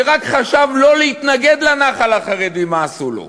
שרק חשב לא להתנגד לנח"ל החרדי, מה עשו לו.